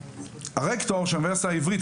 הרקטור של האוניברסיטה העברית,